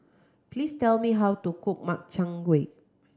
please tell me how to cook Makchang Gui